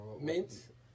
Mint